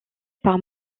par